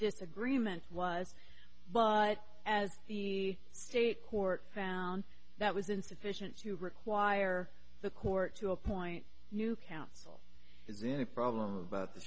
disagreement was but as the state court found that was insufficient to require the court to appoint new counsel the any problem about the